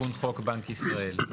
תיקון חוק בנק ישראל.